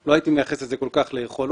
לא הייתי מייחס את זה כל כך ליכולות,